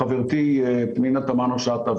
חברתי פנינה תמנו-שטה,